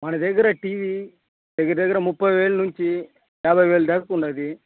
మన దగ్గర టీవీ దగ్గర దగ్గర ముప్పై వేలు నుంచి యాభై వేలు దాకా ఉంది